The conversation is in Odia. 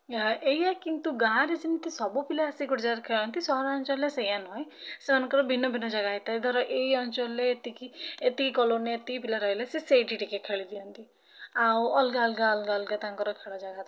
ଏହା ଏଇଆ କିନ୍ତୁ ଗାଁ'ରେ ଯେମିତି ସବୁ ପିଲା ଆସି ଗୋଟେ ଜାଗାରେ ଖେଳନ୍ତି ସହରାଞ୍ଚଳରେ ସେୟା ନୁହେଁ ସେମାନଙ୍କର ଭିନ୍ନ ଭିନ୍ନ ଜାଗା ହେଇଥାଏ ଧର ଏଇ ଅଞ୍ଚଳରେ ଏତିକି ଏତିକି କଲୋନୀରେ ଏତିକି ପିଲା ରହିଲେ ସିଏ ସେଇଠି ଟିକିଏ ଖେଳିଦିଅନ୍ତି ଆଉ ଅଲଗା ଅଲଗା ଅଲଗା ଅଲଗା ତାଙ୍କର ଖେଳ ଜାଗା ଥାଏ